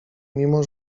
mimo